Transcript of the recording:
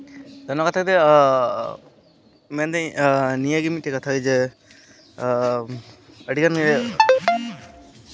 ᱱᱚᱣᱟ ᱠᱷᱟᱹᱛᱤᱨ ᱛᱮ ᱢᱮᱱᱫᱟᱹᱧ ᱱᱤᱭᱟᱹᱜᱮ ᱢᱤᱫᱴᱮᱡ ᱠᱟᱛᱷᱟ ᱡᱮ ᱟᱹᱰᱤᱜᱟᱱ ᱜᱮ